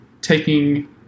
taking